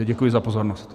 Děkuji za pozornost.